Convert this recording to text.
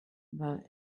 but